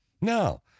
No